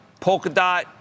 Polkadot